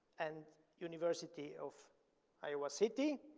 and university of iowa city,